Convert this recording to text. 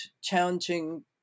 challenging